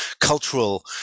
cultural